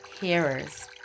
hearers